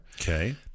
Okay